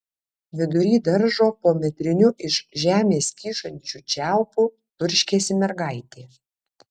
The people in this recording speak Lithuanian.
vidury daržo po metriniu iš žemės kyšančiu čiaupu turškėsi mergaitė